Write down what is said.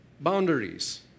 Boundaries